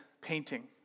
painting